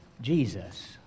Jesus